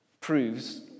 proves